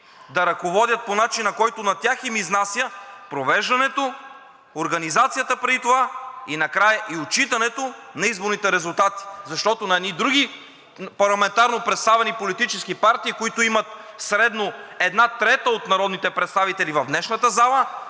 да ръководят по начина, който на тях им изнася, провеждането, организацията преди това, накрая и отчитането на изборните резултати. Защото на едни други парламентарно представени политически партии, които имат средно една трета от народните представители в днешната зала,